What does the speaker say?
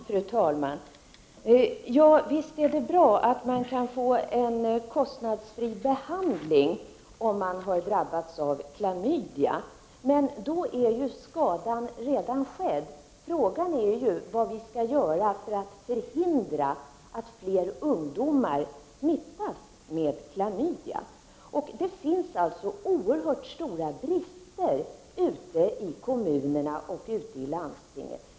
Fru talman! Visst är det bra att man får en kostnadsfri behandling om man har drabbats av klamydia. Men då har skadan redan skett. Frågan är ju vad vi kan göra för att förhindra att fler ungdomar smittas med klamydia. Det finns alltså oerhört stora brister ute i kommunerna och i landstingen.